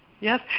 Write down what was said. Yes